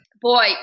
Boy